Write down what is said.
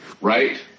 right